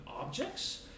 objects